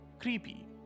creepy